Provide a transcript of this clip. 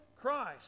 Christ